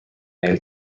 neil